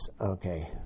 Okay